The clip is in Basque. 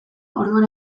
orduan